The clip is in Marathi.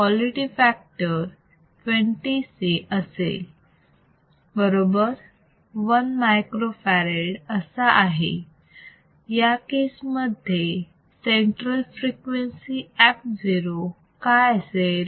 कॉलिटी फॅक्टर 20 c बरोबर 1 microfarad असा आहे या केस मध्ये सेंट्रल फ्रिक्वेन्सी fo काय असेल